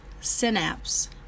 synapse